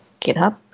GitHub